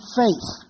faith